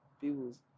peoples